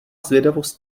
zvědavost